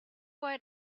right